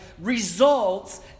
results